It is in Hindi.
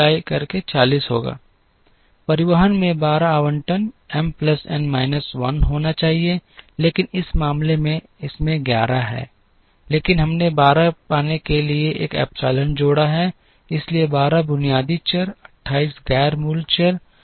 परिवहन में 12 आवंटन एम प्लस एन माइनस 1 होना चाहिए लेकिन इस मामले में इसमें 11 हैं लेकिन हमने 12 पाने के लिए एक एप्सिलॉन जोड़ा है इसलिए 12 बुनियादी चर 28 गैर मूल चर हैं